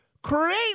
Create